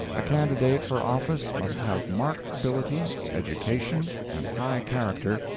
a candidate for office must have marked ability, education, and high character,